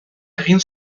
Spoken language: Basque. egin